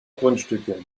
grundstücke